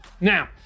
Now